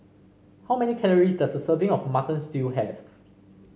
how many calories does a serving of Mutton Stew have